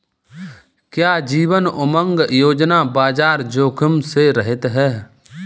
क्या जीवन उमंग योजना बाजार जोखिम से रहित है?